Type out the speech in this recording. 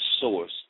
source